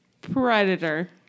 Predator